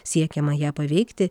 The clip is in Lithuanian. siekiama ją paveikti